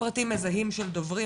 פרטים מזהים של דוברים,